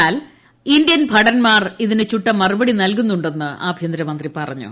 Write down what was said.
എന്നാൽ ഇന്ത്യൻ ഭടന്മാർ ഇതിന് ചുട്ട മറുപടി നൽകുന്നുണ്ടെന്ന് ആഭ്യന്തര മന്ത്രി പറഞ്ഞു